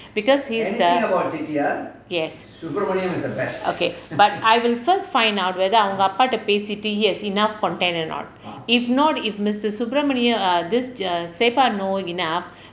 because he's the yes okay but I will first find out whether அவங்க அப்பாகிட்ட பேசிட்டு:avanga appakitta pesittu has enough content or not if not if mister subramaniam err this err safa no அப்படின்னா:appadinnaa